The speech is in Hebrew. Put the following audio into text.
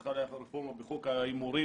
שבכלל היה רפורמה בחוק ההימורים,